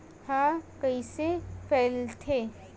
ह कइसे फैलथे?